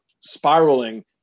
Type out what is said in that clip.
spiraling